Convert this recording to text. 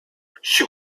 she